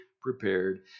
prepared